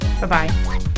Bye-bye